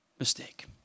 mistake